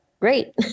Great